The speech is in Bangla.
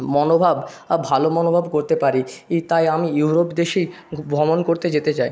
মনোভাব ভালো মনোভাব করতে পারি ই তাই আমি ইউরোপ দেশেই ভমণ করতে যেতে চাই